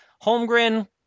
Holmgren